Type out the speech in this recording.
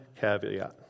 caveat